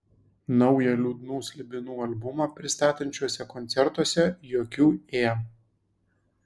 naują liūdnų slibinų albumą pristatančiuose koncertuose jokių ė